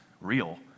real